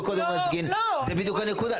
זו בדיוק הנקודה.